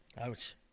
Ouch